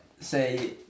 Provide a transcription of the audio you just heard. say